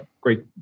great